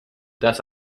das